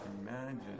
imagine